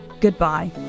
goodbye